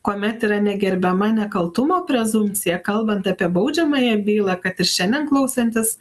kuomet yra negerbiama nekaltumo prezumpcija kalbant apie baudžiamąją bylą kad ir šiandien klausantis